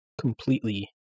completely